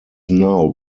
now